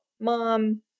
mom